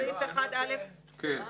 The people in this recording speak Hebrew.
כן.